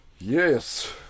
Yes